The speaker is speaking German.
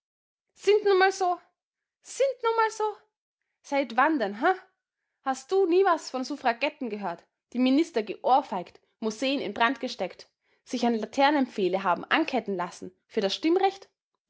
sind nun mal so sind nun mal so seit wann denn he hast du nie was von suffragetten gehört die minister geohrfeigt museen in brand gesteckt sich an laternenpfähle haben anketten lassen für das stimmrecht